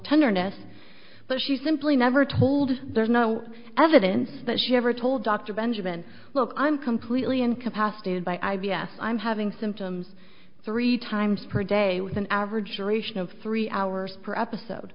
tenderness but she simply never told there's no evidence that she ever told dr benjamin well i'm completely incapacitated by i b s i'm having symptoms three times per day with an average duration of three hours per episode